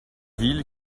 ville